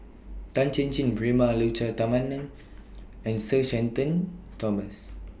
Tan Chin Chin Prema Letchumanan and Sir Shenton Thomas